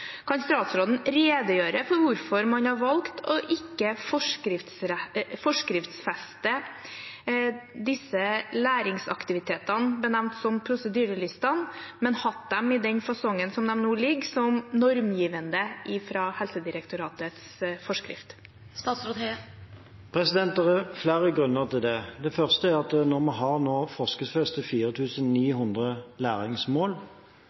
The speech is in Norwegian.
Kan statsråden redegjøre for hvorfor man har valgt ikke å forskriftsfeste disse læringsaktivitetene, benevnt som prosedyrelistene, men å ha dem i den fasongen som de nå foreligger, som normgivende fra Helsedirektoratets forskrift? Det er flere grunner til det. Det første er at når vi nå har forskriftsfestet 4 900 læringsmål,